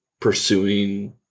pursuing